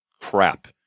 crap